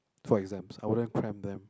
for exams I wouldn't pram them